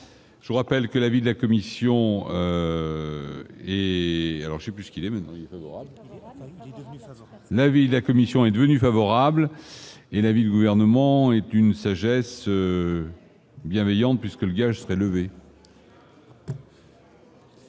puisqu'il émet un avis, la commission est devenu favorable et l'avis du gouvernement et d'une sagesse bienveillante puisque le gage serait levé.